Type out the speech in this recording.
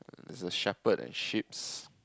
there's a shepherd and sheep's